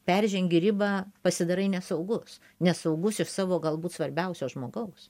peržengi ribą pasidarai nesaugus nesaugus iš savo galbūt svarbiausio žmogaus